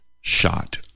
shot